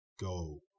go